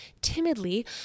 timidly